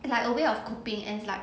it's like a way of coping as like